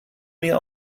mir